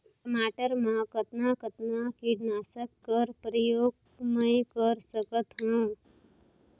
टमाटर म कतना कतना कीटनाशक कर प्रयोग मै कर सकथव?